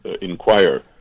inquire